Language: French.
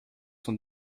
sont